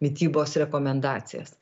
mitybos rekomendacijas